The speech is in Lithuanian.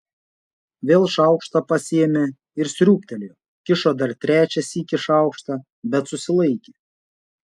vėl šaukštą pasiėmė ir sriūbtelėjo kišo dar trečią sykį šaukštą bet susilaikė